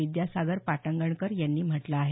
विद्यासागर पाटंगणकर यांनी म्हटलं आहे